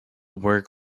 work